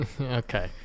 okay